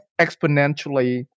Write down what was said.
exponentially